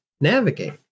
navigate